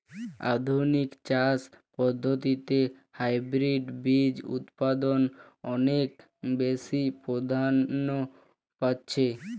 আধুনিক চাষ পদ্ধতিতে হাইব্রিড বীজ উৎপাদন অনেক বেশী প্রাধান্য পাচ্ছে